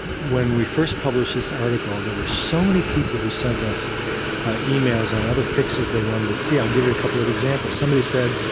when we first published this article there were so many people who sent us emails and other fixes they wanted to see. i'll give you a couple of examples. somebody said,